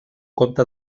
compte